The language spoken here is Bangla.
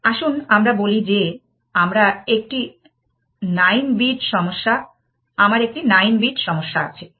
আসুন আমরা বলি যে আমার একটি 9 বিট সমস্যা আছে 9 বিট S A T